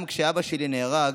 גם כשאבא שלי נהרג,